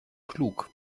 klug